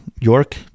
York